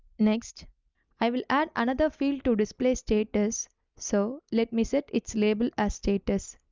next i will add another field to display status so let me set its label as status.